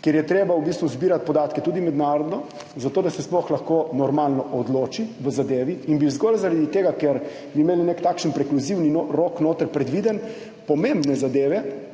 kjer je treba v bistvu zbirati podatke tudi mednarodno, zato da se sploh lahko normalno odloči v zadevi. Zgolj zaradi tega, ker bi imeli noter predviden nek prekluzivni rok, pomembne zadeve